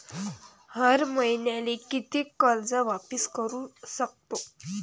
हर मईन्याले कितीक कर्ज वापिस करू सकतो?